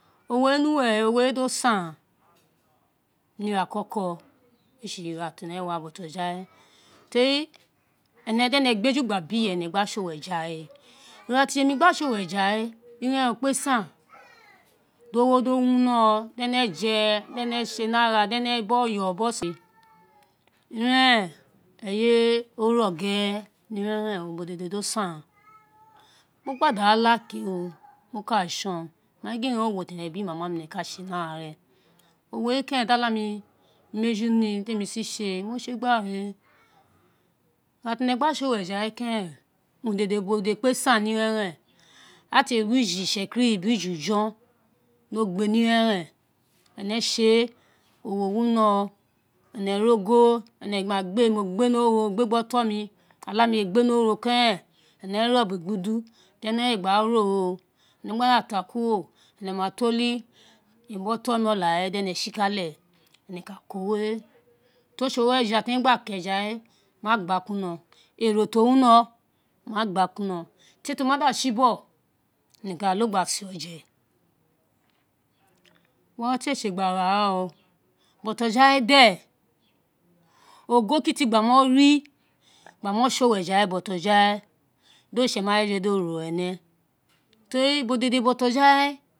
Uwo wer no wuse we owo do san na ira koko esi ira ti ene gha bo jogbena, ene di are gbe eju gba ba iyene gba so wo eja we, ira ti yemi gba so wo eja we ira eren o kpe san di oghan di o wino, di ene je, di ene se ni ara, di ene gba oyo, ira eren eye we de no gere, ni tra eren ubo dede do sen mo gba da la ke, mo ka son, mo gin eyi wo ti ene biri momo ene ka se ni ara awo we keren di olamí mu eju ni de mi si se tra ti ene gba se owo eja ge keren ubo dede kpe san ni ira eren ee te ri uja itsekiri biri uja ufon ni ogbe no ira eren ene se ere owo wino ene ri oghan, mo gbe ni ori gho, ma gbe gbe oton, olaa mi gbe ni origho keren, ene re obon igbu du, di ene re gba ra ogho, ene ma da ta kuro, ene ma to uli emi bi oton mi olaare we di ene o kale, ene ka ogho we, ti o se ogho eja ti emi gba sa eja ene wa gba kuri ino, ere ti wino ma gba kuri ino tie ti ma da si bogho ene kalo gba se oje were ote se gba gha re o bojoghawe ogho kiti gba mo ri gba mo so wo eja we di oritse ma je do roro ene teri ubo dede bojoghawe.